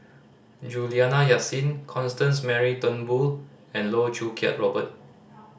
Juliana Yasin Constance Mary Turnbull and Loh Choo Kiat Robert